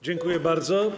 Dziękuję bardzo.